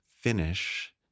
finish